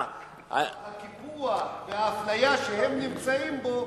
הקיפוח והאפליה שהם נמצאים בהם,